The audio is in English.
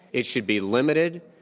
it should be limited,